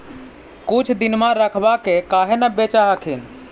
कुछ दिनमा रखबा के काहे न बेच हखिन?